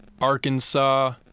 Arkansas